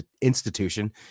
institution